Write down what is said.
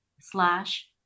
slash